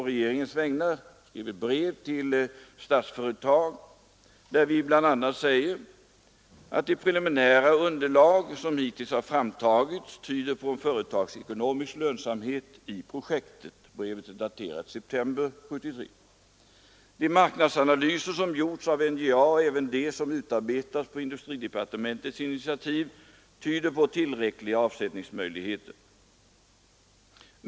I detta brev, som är daterat 11 september 1973, säger jag bl.a.: ”De preliminära underlag som hittills har framtagits tyder på en företagsekonomisk lönsamhet i projektet. De marknadsanalyser som gjorts av NJA och även de som utarbetats på industridepartementets initiativ tyder på tillräckliga avsättningsmöjligheter.